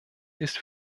ist